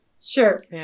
sure